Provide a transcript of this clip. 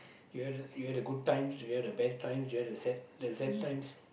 you have you have the good times you have the bad times you have the sad the sad times